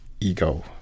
ego